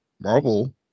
marvel